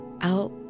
out